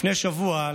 לפני שבוע,